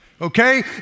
Okay